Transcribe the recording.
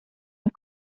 and